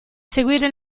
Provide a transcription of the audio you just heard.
seguire